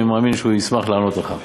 אני מאמין שהוא ישמח לענות עליה.